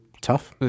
tough